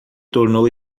tornou